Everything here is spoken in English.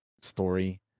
story